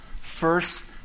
first